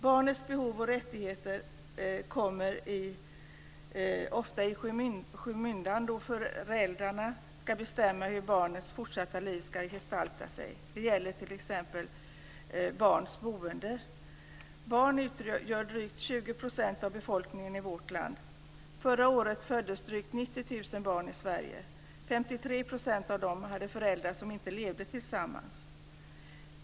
Barnets behov och rättigheter kommer ofta i skymundan då föräldrarna ska bestämma hur barnets fortsatta liv ska gestalta sig. Det gäller t.ex. barnets boende. Barnen utgör drygt 20 % av befolkningen i vårt land. Förra året föddes drygt 90 000 barn i Sverige. 53 % av dem hade föräldrar som inte levde tillsammans.